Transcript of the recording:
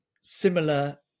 similar